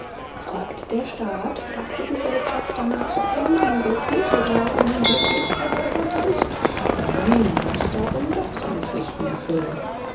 fragt der staat fragt die gesellschaft danach ob der mann glücklich oder unglücklich verheirathet ist o nein er muß darum doch seine pflichten erfüllen